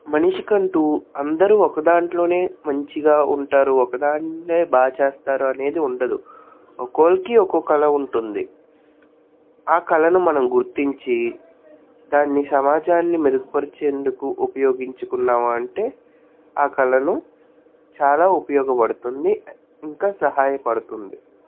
మనిషికంటూ అందరూ ఒక దాంట్లోనే మంచిగా ఉంటారు ఒక దాన్నే బా చేస్తారు అనేది ఉండదు ఒక్కోళ్ళకి ఒకో కళ ఉంటుంది ఆ కళను మనం గుర్తించి దాన్ని సమాజాన్ని మెరుగుపరిచేందుకు ఉపయోగించుకున్నామా అంటే ఆ కళను చాలా ఉపయోగపడుతుంది ఇంకా సహాయపడుతుంది